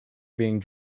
being